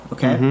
Okay